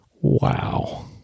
Wow